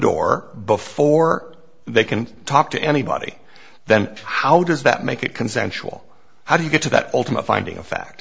door before they can talk to anybody then how does that make it consensual how do you get to that ultimate finding of fact